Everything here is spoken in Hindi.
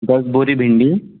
दस बोरी भिंडी